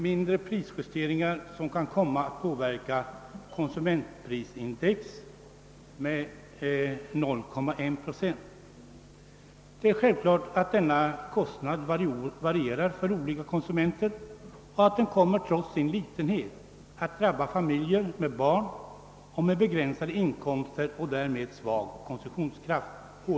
mindre <prisjusteringar som kan komma att påver ka konsumentprisindex med 0,1 procent. Det är självklart att denna kostnadsökning varierar för olika konsumenter och att den trots sin litenhet kommer att hårdare drabba familjer med barn och familjer med begränsade inkomster och därmed ringa konsumtionskraft.